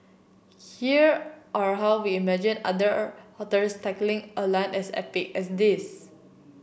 here are how we imagined other authors tackling a line as epic as this